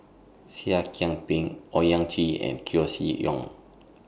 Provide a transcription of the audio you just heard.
Seah I Kian Peng Owyang Chi and Koeh Sia Yong